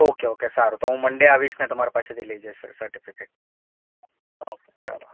okay okay સારું તો હું મંડે આવીશ ને તમારા પાસેથી લઇ જઈશ ને સર્ટિફિકેટ ઓકે ચાલો